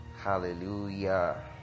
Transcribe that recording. Hallelujah